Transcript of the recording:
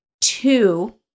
Two